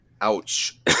Ouch